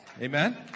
Amen